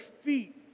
feet